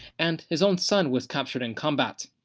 and his own son was captured in combat.